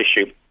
issue